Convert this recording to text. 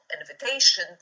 invitation